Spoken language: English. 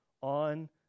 on